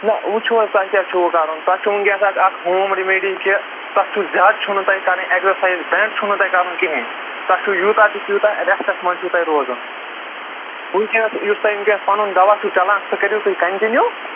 نَہ وٕچھُو حظ تۄہہِ کیٛاہ چھُوٕ کرُن تۄہہِ چھُو وٕنۍکٮ۪س اَتھ اَکھ ہوم رٮ۪مِڈی کہِ تۄہہِ چھُ زیادٕ چھُو نہٕ تۄہہِ کرٕنۍ اٮ۪کزرسایِز بٮ۪نٛڈ چھُو نہٕ تۄہہِ کرُن کِہیٖںۍ تۄہہِ چھُو یوٗتاہ تہٕ تیوٗتاہ رٮ۪سٹَس منٛز چھُو تۄہہِ روزُن وٕنۍکٮ۪نَس یُس تۄہہِ وٕنۍکٮ۪س پَنُن دوا چھُو چلان سُہ کٔرِو تُہۍ کَنٹِنیوٗ